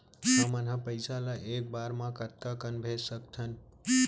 हमन ह पइसा ला एक बार मा कतका कन भेज सकथन?